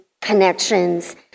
connections